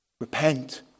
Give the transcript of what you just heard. repent